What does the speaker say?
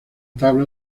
tabla